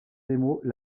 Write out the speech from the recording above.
démos